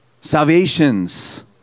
salvations